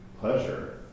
pleasure